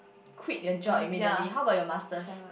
quit your job immediately how about your masters